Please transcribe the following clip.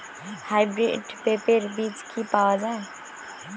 Hybrid পেঁপের বীজ কি পাওয়া যায়?